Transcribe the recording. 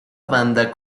banda